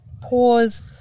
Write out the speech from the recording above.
pause